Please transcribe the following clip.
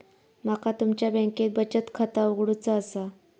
माका तुमच्या बँकेत बचत खाता उघडूचा असा?